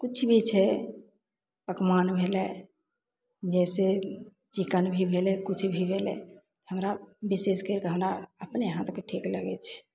कुछ भी छै पकवान भेलय जैसे चिकन भी भेलय किछु भी भेलय हमरा विशेष करि कऽ हमरा अपने हाथके ठीक लगय छै